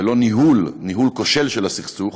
ולא ניהול, ניהול כושל של הסכסוך,